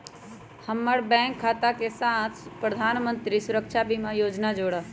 हम्मर बैंक खाता के साथ प्रधानमंत्री सुरक्षा बीमा योजना जोड़ा